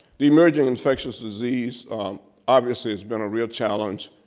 the emerging infectious disease obviously has been a real challenge.